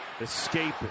Escaping